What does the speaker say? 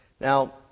Now